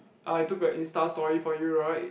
I took a insta story for you right